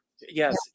Yes